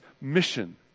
mission